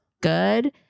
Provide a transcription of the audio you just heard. good